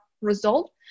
result